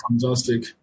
fantastic